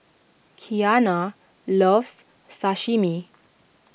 Kiana loves Sashimi